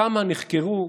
כמה נחקרו?